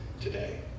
today